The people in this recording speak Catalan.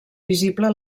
visible